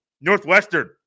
Northwestern